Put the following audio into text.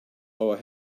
our